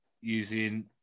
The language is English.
using